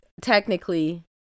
technically